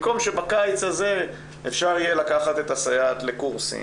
במקום שבקיץ הזה אפשר יהיה לקחת את הסייעת לקורסים,